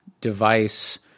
device